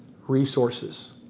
resources